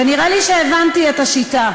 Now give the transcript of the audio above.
ונראה לי שהבנתי את השיטה.